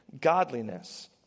godliness